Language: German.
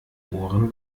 ohren